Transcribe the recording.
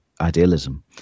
idealism